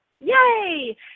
Yay